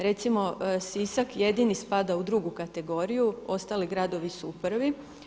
Recimo Sisak jedini spada u drugu kategoriju, ostali gradovi su u prvoj.